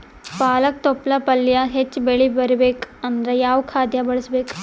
ಪಾಲಕ ತೊಪಲ ಪಲ್ಯ ಹೆಚ್ಚ ಬೆಳಿ ಬರಬೇಕು ಅಂದರ ಯಾವ ಖಾದ್ಯ ಬಳಸಬೇಕು?